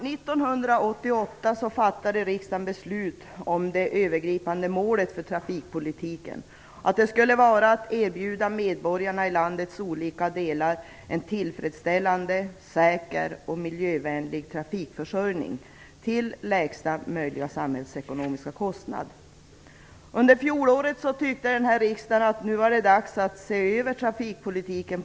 1988 fattade riksdagen beslut om det övergripande målet för trafikpolitiken. Det var att erbjuda medborgarna i landets olika delar en tillfredsställande, säker och miljövänlig trafikförsörjning till lägsta möjliga samhällsekonomiska kostnad. Under fjolåret ansåg riksdagen att det på nytt var dags att se över trafikpolitiken.